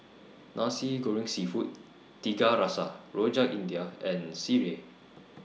Nasi Goreng Seafood Tiga Rasa Rojak India and Sireh